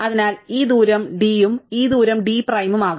അതിനാൽ ഈ ദൂരം d ഉം ഈ ദൂരം d പ്രൈമും ആകാം